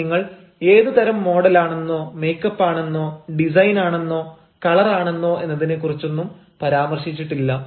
പക്ഷേ നിങ്ങൾ ഏതു തരം മോഡലാണെന്നോ മേക്കപ്പ് ആണെന്നോ ഡിസൈനാണെന്നോ കളറാണെന്നോ എന്നതിനെ കുറിച്ചൊന്നും പരാമർശിച്ചിട്ടില്ല